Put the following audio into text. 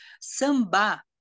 Samba